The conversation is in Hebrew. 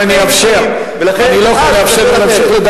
אני לא קונה.